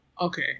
Okay